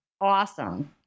awesome